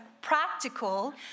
practical